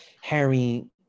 Harry